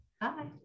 bye